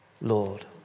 Lord